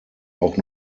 auch